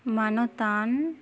ᱢᱟᱱᱚᱛᱟᱱ